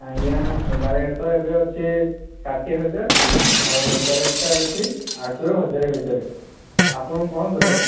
ଆଜ୍ଞା ସୁନା ରେଟ୍ ତ ଏବେ ଅଛି ଷାଠିଏ ହଜାର ଆଉ ରୂପା ରେଟ୍ ଟା ଅଛି ଆଠଶହରୁ ହଜାର ଭିତରେ ଆପଣଙ୍କୁ କଣ ଦରକାର